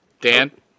dan